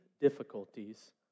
difficulties